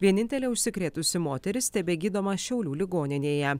vienintelė užsikrėtusi moteris tebegydoma šiaulių ligoninėje